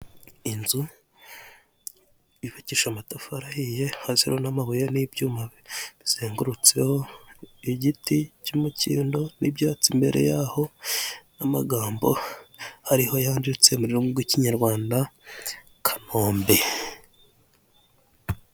Inzu yubakishije amatafari ahiye hasi hariho n'amabuye n'ibyuma bizengurutseho, igiti cy'umukindo n'ibyatsi imbere ya ho n'amagambo ariho yanditse mu rurimi rw'Ikinyarwanda, Kanombe.